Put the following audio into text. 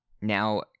Now